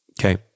Okay